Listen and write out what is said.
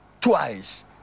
twice